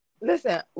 Listen